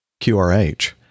QRH